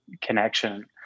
connection